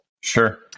Sure